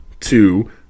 two